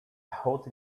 hotel